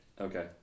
Okay